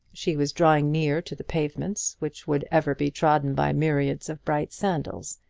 she was drawing near to the pavements which would ever be trodden by myriads of bright sandals,